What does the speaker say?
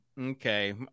okay